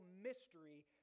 mystery